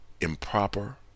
improper